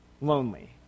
lonely